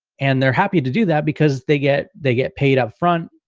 and they're happy to do that. because they get they get paid up front,